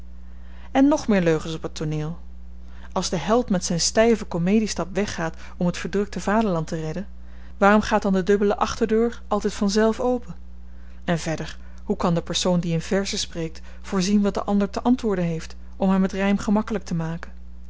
en nog meer leugens op het tooneel als de held met zyn styven komediestap weggaat om t verdrukte vaderland te redden waarom gaat dan de dubbele achterdeur altyd vanzelf open en verder hoe kan de persoon die in verzen spreekt voorzien wat de ander te antwoorden heeft om hem t rym gemakkelyk te maken